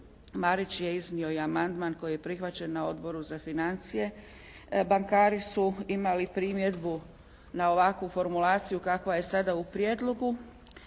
Marić je iznio i amandman koji je prihvaćen na Odboru za financije. Bankari su imali primjedbu na ovakvu formulaciju kakva je sada u prijedlogu,